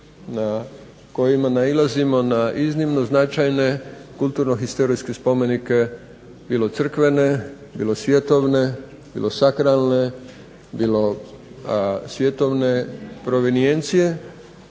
kojima nailazimo na iznimno značajne kulturno historijske spomenike, bilo crkvene, bilo svjetovne, bilo sakralne, bilo svjetovne provenijencije